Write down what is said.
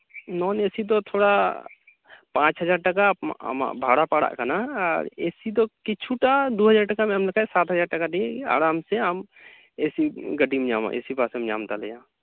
ᱱᱚᱱ ᱮᱥᱤ ᱫᱚ ᱛᱷᱚᱲᱟ ᱯᱟᱸᱪ ᱦᱟᱡᱟᱨ ᱴᱟᱠᱟ ᱟᱢᱟᱜ ᱵᱷᱟᱲᱟ ᱯᱟᱲᱟᱜ ᱠᱟᱱᱟ ᱮᱥᱤ ᱫᱚ ᱠᱤᱪᱷᱩᱴᱟ ᱫᱩ ᱦᱟᱡᱟᱨ ᱴᱟᱠᱟᱢ ᱮᱢ ᱞᱮᱠᱷᱟᱡ ᱥᱟᱛ ᱦᱟᱡᱟᱨ ᱴᱟᱠᱟ ᱫᱤᱭᱮ ᱟᱨᱟᱢ ᱥᱮ ᱟᱢ ᱮᱥᱤ ᱜᱟᱹᱰᱤᱢ ᱧᱟᱢᱟ ᱮᱥᱤ ᱵᱟᱥᱮᱢ ᱧᱟᱢ ᱛᱟᱞᱮᱭᱟ